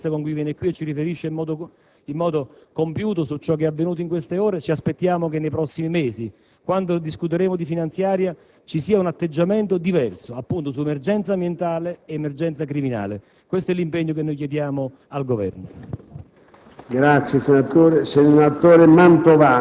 Questo chiediamo al Governo. Così come abbiamo apprezzato la prontezza con cui il Governo è venuto qui e ci ha riferito in modo compiuto su ciò che è avvenuto in queste ore, ci aspettiamo che nei prossimi mesi, quando discuteremo di finanziaria, ci sarà un atteggiamento diverso appunto in materia di emergenza ambientale ed emergenza criminale. Questo è l'impegno che chiediamo al Governo.